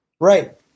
Right